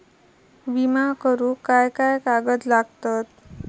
विमा करुक काय काय कागद लागतत?